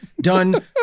done